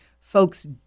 folks